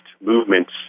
movements